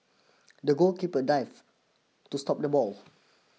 the goalkeeper dived to stop the ball